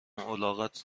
الاغت